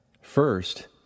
First